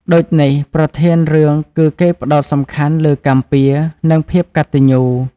ដូចនេះប្រធានរឿងគឺគេផ្តោតសំខាន់លើកម្មពៀរ និងភាពកត្តញ្ញូ។